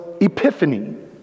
Epiphany